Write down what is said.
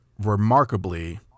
remarkably